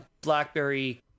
BlackBerry